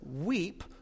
Weep